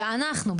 שאנחנו,